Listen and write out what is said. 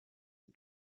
and